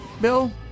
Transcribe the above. Bill